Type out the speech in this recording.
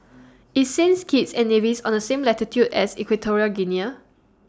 IS Saints Kitts and Nevis on The same latitude as Equatorial Guinea